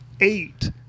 eight